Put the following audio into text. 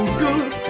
good